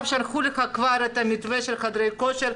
שלחו לך את המתווה של חדרי הכושר,